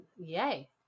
yay